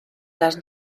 las